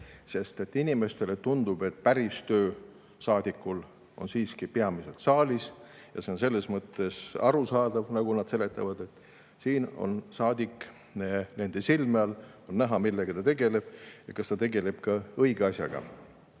sest inimestele tundub, et päris töö on saadikul siiski peamiselt saalis. See on selles mõttes arusaadav, nagu nad seletavad, et siin on saadik nende silme all, on näha, millega ta tegeleb ja kas ta tegeleb ka õige asjaga.